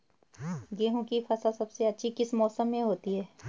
गेहूँ की फसल सबसे अच्छी किस मौसम में होती है